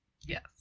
Yes